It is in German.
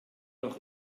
auch